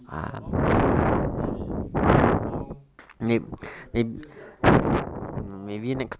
see sia long time never see you already then now tell me got girlfriend obviously I brother want to see [one] mah